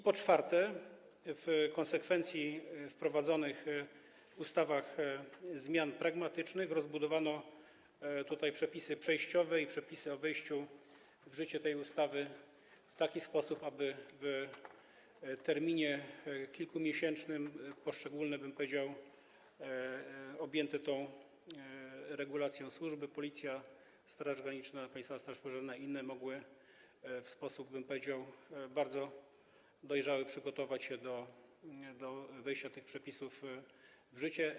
Po czwarte, w konsekwencji wprowadzonych w ustawach zmian pragmatycznych rozbudowano przepisy przejściowe i przepisy o wejściu w życie tej ustawy w taki sposób, aby w terminie kilkumiesięcznym poszczególne objęte tą regulacją służby: Policja, Straż Graniczna, Państwowa Straż Pożarna i inne mogły w sposób bardzo dojrzały przygotować się do wejścia tych przepisów w życie.